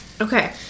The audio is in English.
okay